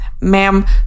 ma'am